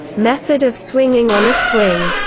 method of swinging on a swing,